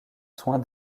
soin